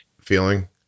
feeling